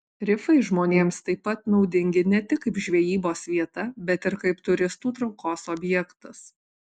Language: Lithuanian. rifai žmonėms taip pat naudingi ne tik kaip žvejybos vieta bet ir kaip turistų traukos objektas